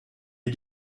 est